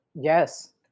Yes